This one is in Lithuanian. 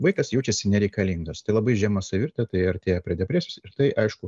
vaikas jaučiasi nereikalingas tai labai žema savivertė tai artėja prie depresijos ir tai aišku